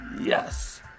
yes